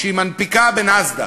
כשהיא מנפיקה בנאסד"ק,